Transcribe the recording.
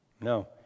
No